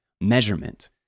measurement